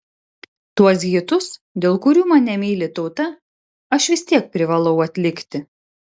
tuos hitus dėl kurių mane myli tauta aš vis tiek privalau atlikti